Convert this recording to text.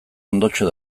ondotxo